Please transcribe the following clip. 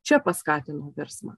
čia paskatino virsmą